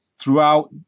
throughout